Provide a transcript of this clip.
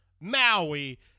Maui